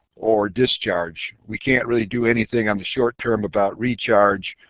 or discharge. we can't really do anything on the short term about recharge.